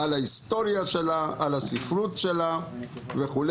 על ההיסטוריה שלה, על הספרות שלה וכו'.